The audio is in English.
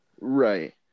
Right